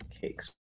cakes